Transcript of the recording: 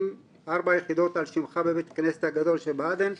ארבע יחידות על שמך בבית הכנסת הגדול שבעדן,